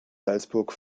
salzburg